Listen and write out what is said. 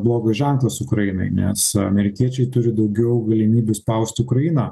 blogas ženklas ukrainai nes amerikiečiai turi daugiau galimybių spausti ukrainą